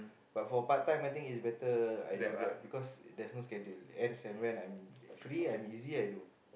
but for part-time I think it's better I do Grab because there is no schedule as in when I free I busy I do